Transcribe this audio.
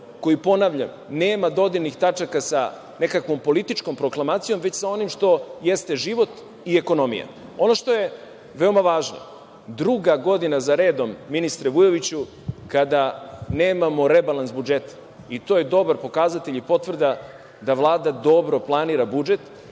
koji, ponavljam, nema dodirnih tačaka sa nekakvom političkom proklamacijom, već sa onim što jeste život i ekonomija. Ono što je veoma važno, druga godina za redom, ministre Vujoviću, kada nemamo rebalans budžeta i to je dobar pokazatelj i potvrda da Vlada dobro planira budžet,